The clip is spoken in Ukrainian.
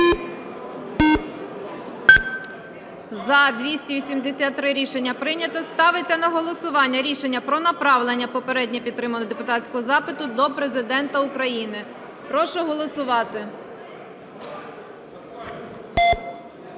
За-283 Рішення прийнято. Ставиться на голосування рішення про направлення попередньо підтриманого депутатського запиту до Президента України. Прошу голосувати.